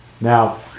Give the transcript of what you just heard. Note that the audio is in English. Now